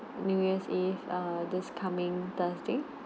new year's eve err this coming thursday